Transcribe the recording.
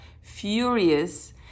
furious